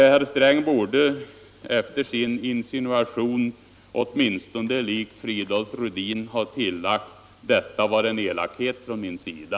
Herr Sträng borde efter sin insinuation åtminstone liksom Fridolf Rhudin ha tillagt: Detta är en elakhet från min sida.